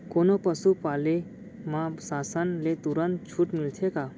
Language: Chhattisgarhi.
कोनो पसु पाले म शासन ले तुरंत छूट मिलथे का?